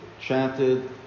chanted